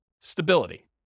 stability